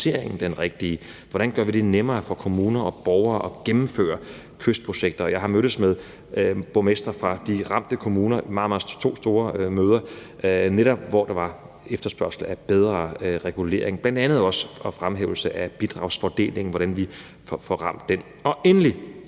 Hvordan gør vi det nemmere for kommuner og borgere at gennemføre kystprojekter? Jeg har mødtes med borgmestre fra de ramte kommuner – i to store møder – hvor der netop var efterspørgsel på bedre regulering og bl.a. også en fremhævelse af bidragsfordelingen, altså hvordan vi får ramt den. Endelig